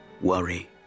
Worry